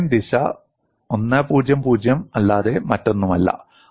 cosine ദിശ 1 0 0 അല്ലാതെ മറ്റൊന്നുമല്ല